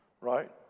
Right